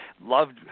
loved